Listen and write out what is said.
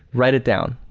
write it down.